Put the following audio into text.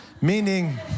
Meaning